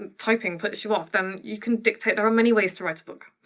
and typing puts you off then you can dictate, there are many ways to write a book.